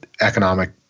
economic